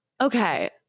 Okay